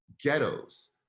ghettos